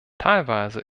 teilweise